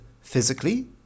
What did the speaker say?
physically